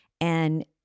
and-